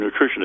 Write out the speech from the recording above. nutritionist